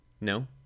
No